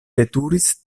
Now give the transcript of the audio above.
veturis